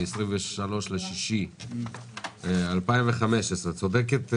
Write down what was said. מ-23 ביוני 2015. צודקת שלומית,